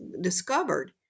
discovered